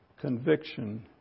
conviction